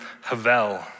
havel